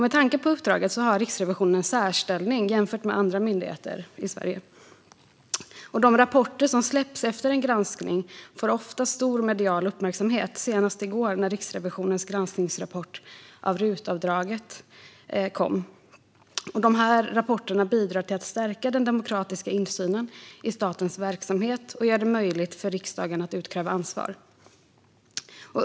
Med tanke på uppdraget har Riksrevisionen en särställning jämfört med andra myndigheter i Sverige. De rapporter som släpps efter en granskning får ofta stor medial uppmärksamhet, senast i går när Riksrevisionens granskningsrapport om RUT-avdraget kom. Dessa rapporter bidrar till att stärka den demokratiska insynen i statens verksamhet och gör det möjligt för riksdagen att utkräva ansvar.